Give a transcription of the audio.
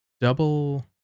double